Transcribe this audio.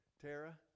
Tara